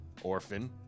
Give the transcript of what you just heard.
orphan